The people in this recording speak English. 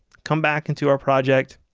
come back into our project,